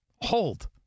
Hold